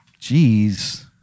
jeez